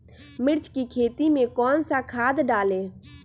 मिर्च की खेती में कौन सा खाद डालें?